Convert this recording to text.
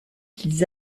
qu’ils